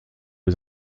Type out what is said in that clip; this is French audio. les